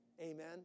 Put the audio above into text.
Amen